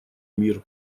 мир